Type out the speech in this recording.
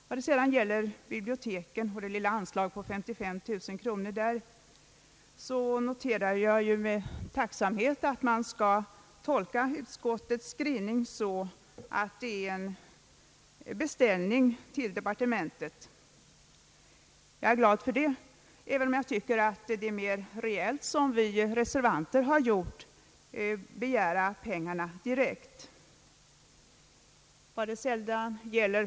När det sedan gäller anslaget på 55 000 kronor till biblioteken noterar jag med tacksamhet att man skall tolka utskottets skrivning så att det är en beställning till departementet. Jag är glad över det, även om jag tycker att det är mera reellt att som reservanterna har gjort begära pengarna direkt.